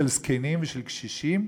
של זקנים ושל קשישים?